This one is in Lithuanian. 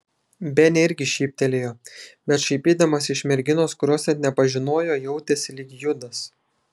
benė irgi šyptelėjo bet šaipydamasi iš merginos kurios net nepažinojo jautėsi lyg judas